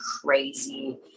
crazy